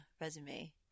resume